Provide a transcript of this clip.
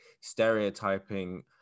stereotyping